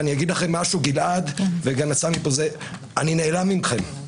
אני אגיד לכם משהו, גלעד, אני נעלב מכם.